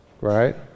right